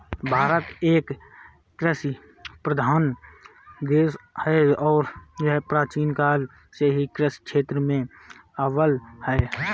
भारत एक कृषि प्रधान देश है और यह प्राचीन काल से ही कृषि क्षेत्र में अव्वल है